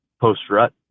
post-rut